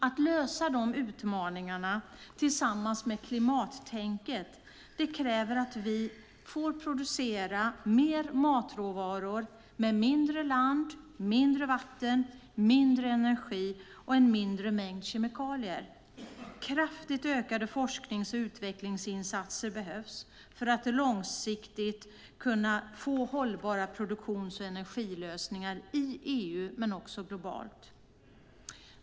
Att lösa de utmaningarna tillsammans med klimattänket kräver att vi får producera mer matråvaror med mindre land, mindre vatten, mindre energi och en mindre mängd kemikalier. Kraftigt ökade forsknings och utvecklingsinsatser behövs för att långsiktigt kunna få hållbara produktions och energilösningar i EU, men också globalt.